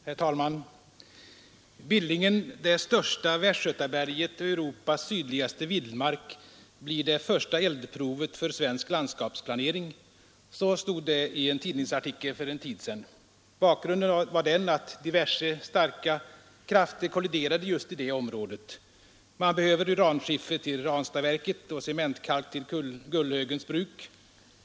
Herr talman! ”Billingen — det största Västgötaberget och Europas sydligaste vildmark — blir det första eldprovet för svensk landskapsplanering.” Så stod det i en tidningsartikel för en tid sedan. Bakgrunden var den, att diverse starka krafter kolliderade just i det området. Man behöver uranskiffer till Ranstadsverket och cementkalk till Gullhögens bruk.